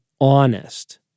honest